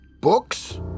Books